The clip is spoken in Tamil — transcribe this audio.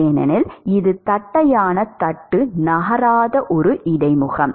ஏனெனில் இது தட்டையான தட்டு நகராத ஒரு இடைமுகம்